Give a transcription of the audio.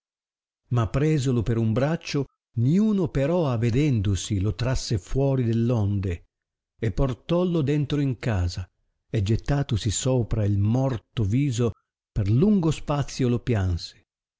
ma presolo per un braccio ninno però avedendosi lo trasse fuori dell onde e portollo dentro in casa e gettatosi sopra il morto viso per lungo spazio lo pianse